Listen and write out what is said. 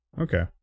Okay